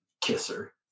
kisser